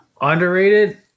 Underrated